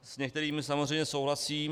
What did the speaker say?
S některými samozřejmě souhlasím.